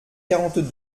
quarante